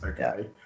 okay